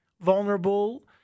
vulnerable